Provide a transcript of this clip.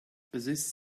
this